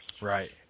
Right